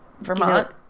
Vermont